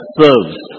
serves